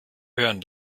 hören